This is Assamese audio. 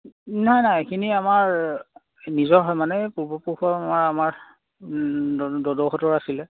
নাই নাই এইখিনি আমাৰ নিজৰ হয় মানে পূৰ্বপুৰুষৰ আমাৰ আমাৰ দদৌহঁতৰ আছিলে